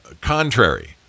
contrary